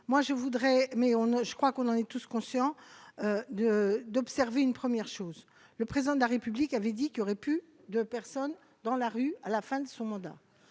moi je voudrais mais on ne je crois qu'on en est tous conscients de d'observer une première chose, le président de la République avait dit qu'il aurait pu, de personnes dans la rue, à la fin de son mandat,